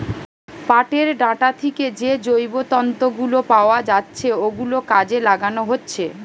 পাটের ডাঁটা থিকে যে জৈব তন্তু গুলো পাওয়া যাচ্ছে ওগুলো কাজে লাগানো হচ্ছে